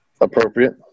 Appropriate